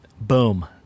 boom